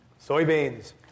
Soybeans